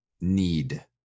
Need